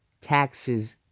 taxes